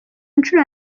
nshuro